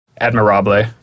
Admirable